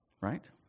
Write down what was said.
right